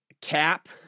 cap